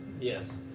Yes